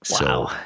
Wow